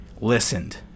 listened